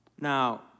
Now